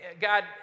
God